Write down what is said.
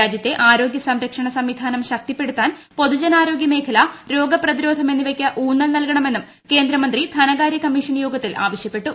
രാജ്യത്തെ ആരോഗ്യ സംരക്ഷണ സംവിധാനം ശക്തിപ്പെടുത്താൻ പൊതുജനാരോഗൃ മേഖല രോഗ പ്രതിരോധം എന്നിവയ്ക്ക് ഊന്നൽ നൽകണമെന്നും കേന്ദ്രമന്ത്രി ധനകാര്യിക്കമ്മീഷൻ യോഗത്തിൽ ആവശ്യപ്പെട്ടു